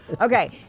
Okay